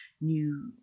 new